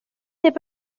n’est